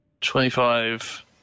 twenty-five